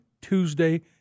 Tuesday